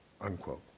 Unquote